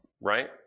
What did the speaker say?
right